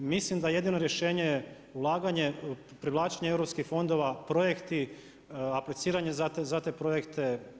Mislim da je jedino rješenje ulaganje, privlačenje europskih fondova, projekti, apliciranje za te projekte.